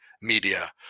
media